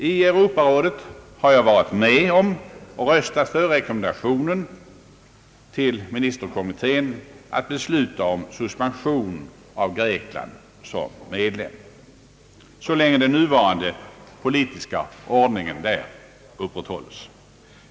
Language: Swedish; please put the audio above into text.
I Europarådet har jag varit med och röstat för rekommendationen till ministerkommittén att besluta om suspension av Grekland som medlem så länge nuvarande politiska ordning där upp rätthålles.